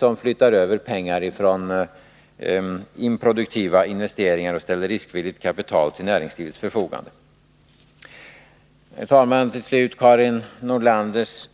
Pengar flyttas över från improduktiva investeringar, och därmed ställs riskvilligt kapital till näringslivets förfogande. Herr talman! När det gäller Karin Nordlanders